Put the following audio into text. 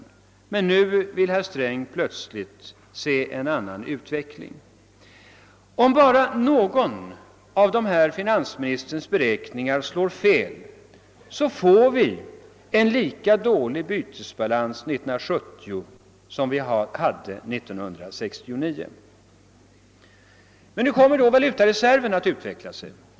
Nu tror herr Sträng plötsligt på en annan utveckling. Om bara någon av dessa finansministerns beräkningar slår fel får vi en lika dålig bytesbalans 1970 som vi hade 1969. Hur komer då valutareserven att utvecklas?